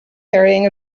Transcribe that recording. carrying